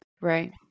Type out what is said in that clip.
Right